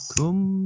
Come